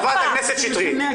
חברת הכנסת שטרית,